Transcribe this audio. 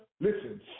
Listen